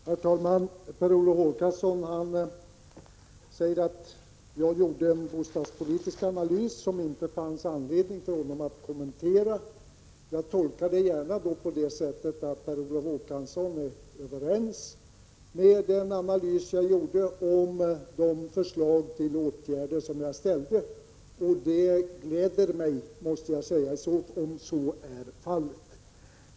Herr talman! Per Olof Håkansson säger att jag gjorde en bostadspolitisk analys som det inte fanns någon anledning för honom att kommentera. Detta tolkar jag gärna på det sättet att han instämmer i den analys jag gjorde om förslag till åtgärder. Det gläder mig om så är fallet.